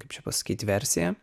kaip čia pasakyt versiją